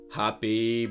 happy